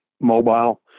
mobile